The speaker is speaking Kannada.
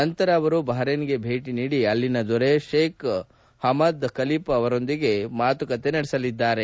ನಂತರ ಅವರು ಬಹರೇನ್ಗೆ ಭೇಟಿ ನೀಡಿ ಅಲ್ಲಿನ ದೊರೆ Sheikh Hamad bin Isa Al Khalifa ಅವರೊಂದಿಗೆ ಮಾತುಕತೆ ನಡೆಸಲಿದ್ದಾರೆ